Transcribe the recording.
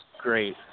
great